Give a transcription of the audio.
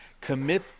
commit